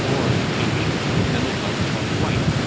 boron retention and adult body weight.